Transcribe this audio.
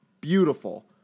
beautiful